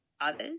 others